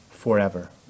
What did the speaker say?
forever